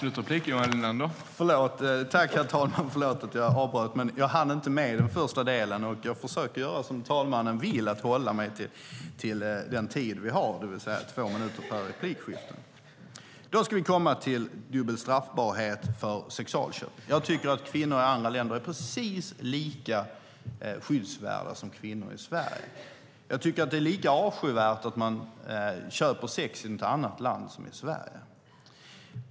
Herr talman! Jag hann inte svara i det första inlägget, och jag försöker göra som talmannen vill, att hålla mig till den tid som vi har, det vill säga två minuter per inlägg. Då ska vi komma till dubbel straffbarhet för sexköp. Jag tycker att kvinnor i andra länder är precis lika skyddsvärda som kvinnor i Sverige. Jag tycker att det är lika avskyvärt att man köper sex i något annat land som i Sverige.